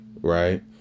right